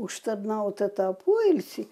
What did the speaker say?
užtarnautą tą poilsį